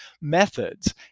methods